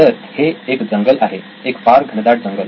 तर हे एक जंगल आहे एक फार घनदाट जंगल